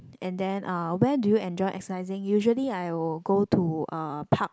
and then uh where do you enjoy exercising usually I will go to a park